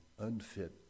unfit